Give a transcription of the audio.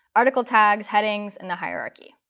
article tags, headings, and the hierarchy.